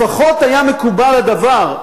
לפחות היה מקובל הדבר,